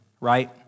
right